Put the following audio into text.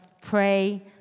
pray